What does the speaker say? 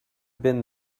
been